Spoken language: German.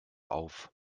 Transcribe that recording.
auf